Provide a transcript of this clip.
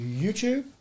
YouTube